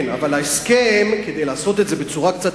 אבל זה הסכם בינו לבין,